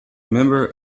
member